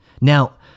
Now